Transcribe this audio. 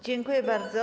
Dziękuję bardzo.